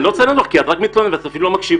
אני לא רוצה לענות כי את רק מתלוננת ואפילו לא מקשיבה.